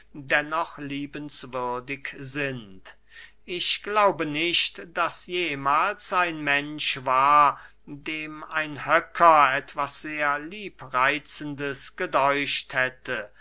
dennoch liebenswürdig sind ich glaube nicht daß jemahls ein mensch war dem ein höcker etwas sehr liebreitzendes gedäucht hätte